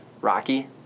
Rocky